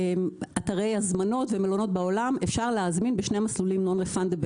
באתרי הזמנות ומלונות בעולם אפשר להזמין בשני מסלולים non-refundable,